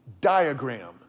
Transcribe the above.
diagram